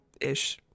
ish